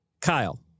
Kyle